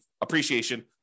appreciation